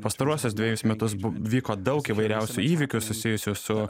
pastaruosius dvejus metus vyko daug įvairiausių įvykių susijusių su